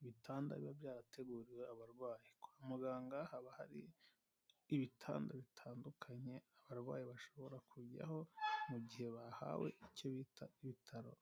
Ibitanda biba byarateguriwe abarwayi, kwa muganga haba hari ibitanda bitandukanye abarwayi bashobora kujyaho mu gihe bahawe icyo bita ibitaro,